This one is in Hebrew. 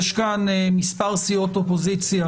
יש כאן מספר סיעות אופוזיציה,